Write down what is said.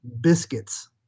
biscuits